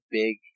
big